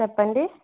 చెప్పండి